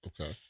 Okay